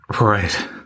Right